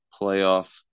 playoff